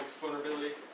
vulnerability